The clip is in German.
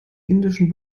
indischen